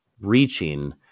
reaching